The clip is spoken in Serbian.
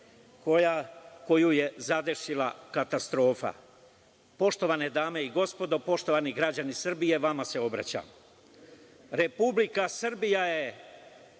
koju je zadesila katastrofa. Poštovane dame i gospodo, poštovani građani Srbije, vama se obraćam, Republika Srbija je